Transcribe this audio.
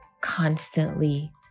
constantly